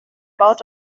baut